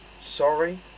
sorry